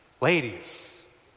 Ladies